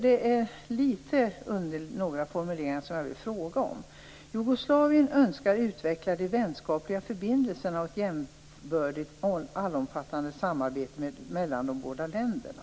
Det är några formuleringar som jag vill fråga om. Det står att Jugoslavien önskar utveckla de vänskapliga förbindelserna och ha ett jämbördigt allomfattande samarbete mellan de båda länderna.